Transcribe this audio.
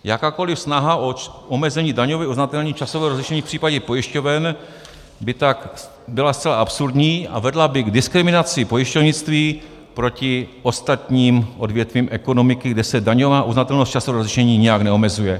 Jakákoliv snaha o omezení daňově uznatelného časového rozlišení v případě pojišťoven by tak byla zcela absurdní a vedla by k diskriminaci pojišťovnictví proti ostatním odvětvím ekonomiky, kde se daňová uznatelnost časového rozlišení nijak neomezuje.